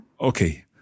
Okay